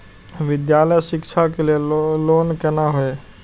विद्यालय शिक्षा के लिय लोन केना होय ये?